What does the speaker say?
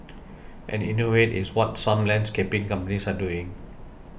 and innovate is what some landscaping companies are doing